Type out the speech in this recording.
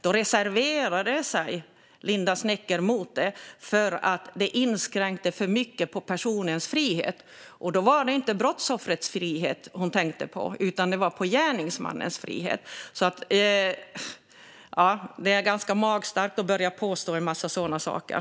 Då reserverade sig Linda Westerlund Snecker mot det därför att det inskränkte personens frihet för mycket. Då var det inte brottsoffrets frihet hon tänkte på, utan det var gärningsmannens frihet. Ja, det är ganska magstarkt att börja påstå en massa sådana saker.